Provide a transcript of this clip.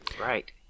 Right